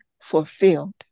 fulfilled